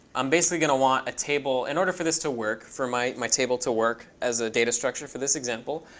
i'm basically going to want a table. in order for this to work, for my my table to work as a data structure for this example,